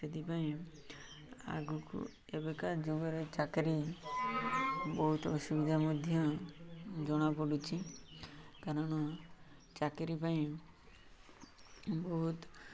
ସେଥିପାଇଁ ଆଗକୁ ଏବେକା ଯୁଗରେ ଚାକିରି ବହୁତ ଅସୁବିଧା ମଧ୍ୟ ଜଣାପଡ଼ୁଛି କାରଣ ଚାକିରି ପାଇଁ ବହୁତ